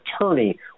attorney